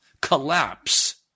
collapse